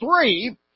three